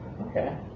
okay